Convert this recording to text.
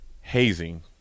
hazing